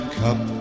cup